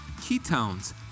ketones